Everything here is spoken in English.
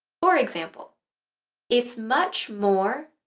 for example it's much more